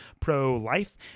pro-life